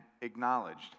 acknowledged